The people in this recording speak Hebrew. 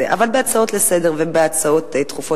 אבל בהצעות לסדר-היום ובהצעות דחופות